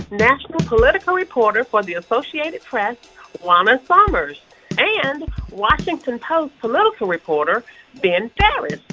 national political reporter for the associated press juana summers and washington post political reporter ben terris.